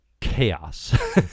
chaos